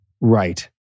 Right